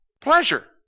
Pleasure